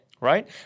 right